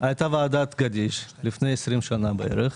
ועדת גדיש לפני 20 שנים בערך,